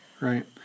Right